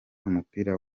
umupira